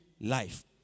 life